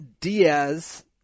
Diaz